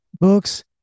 books